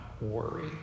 worry